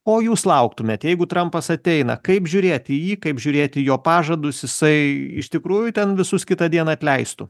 ko jūs lauktumėte jeigu trampas ateina kaip žiūrėti į jį kaip žiūrėti į jo pažadus jisai iš tikrųjų ten visus kitą dieną atleistų